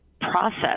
Process